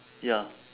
ya